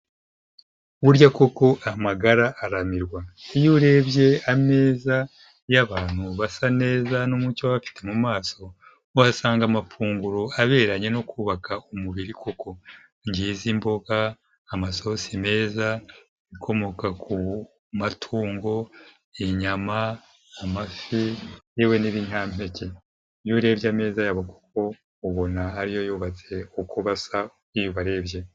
Burya koko amagara aramirwa. Iyo urebye ameza y'abantu basa neza n'umucyo baba bafite mu maso, uhasanga amafunguro aberanye no kubaka umubiri koko. Ngizi imboga, amasosi meza, ibikomoka ku matungo, inyama, amafi, yewe n'ibinyampeke. Iyo urebye ameza yabo koko ubona ariyo yubatse uko basa, iyo ubarebye.